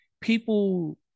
people